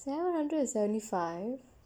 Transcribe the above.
seven hundred and seventy five